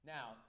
Now